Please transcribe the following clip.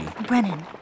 Brennan